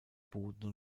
boden